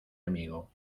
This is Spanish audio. amigo